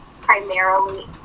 primarily